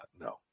no